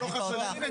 לא חשבי שכר,